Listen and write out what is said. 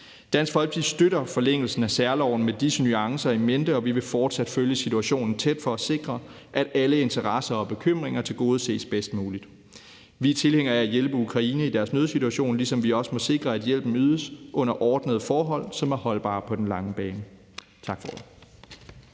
Dansk Folkeparti støtter forlængelsen af særloven med disse nuancer i mente, og vi vil fortsat følge situationen tæt for at sikre, at alle interesser og bekymringer tilgodeses bedst muligt. Vi er tilhængere af at hjælpe Ukraine i deres nødsituation, ligesom vi også må sikre, at hjælpen ydes under ordnede forhold, som er holdbare på den lange bane. Tak for ordet.